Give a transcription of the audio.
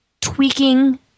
tweaking